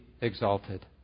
exalted